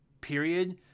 period